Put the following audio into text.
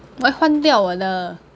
我要换掉我的